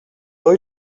rue